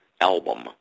album